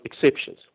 exceptions